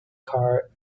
carr